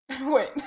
Wait